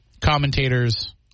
commentators